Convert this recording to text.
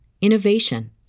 innovation